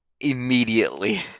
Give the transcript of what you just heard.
immediately